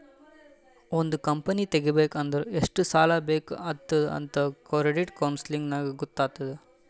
ಒಂದ್ ಕಂಪನಿ ತೆಗಿಬೇಕ್ ಅಂದುರ್ ಎಷ್ಟ್ ಸಾಲಾ ಬೇಕ್ ಆತ್ತುದ್ ಅಂತ್ ಕ್ರೆಡಿಟ್ ಕೌನ್ಸಲಿಂಗ್ ನಾಗ್ ಗೊತ್ತ್ ಆತ್ತುದ್